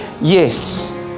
yes